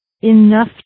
enough